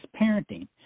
parenting